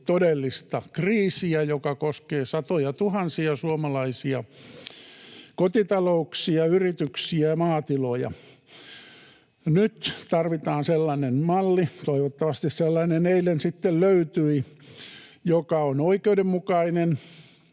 todellista kriisiä, joka koskee satojatuhansia suomalaisia kotitalouksia, yrityksiä, maatiloja. Nyt tarvitaan sellainen malli — toivottavasti sellainen eilen sitten löytyi — joka on oikeudenmukainen,